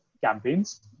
campaigns